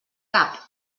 cap